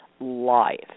life